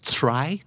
try